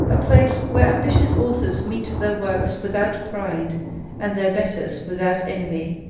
a place where ambitious authors meet their works without pride and their betters without envy.